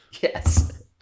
Yes